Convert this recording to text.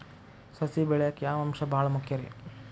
ಸಸಿ ಬೆಳೆಯಾಕ್ ಯಾವ ಅಂಶ ಭಾಳ ಮುಖ್ಯ ರೇ?